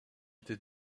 était